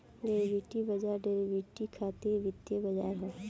derivative बाजार derivative खातिर वित्तीय बाजार ह